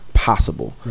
possible